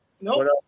No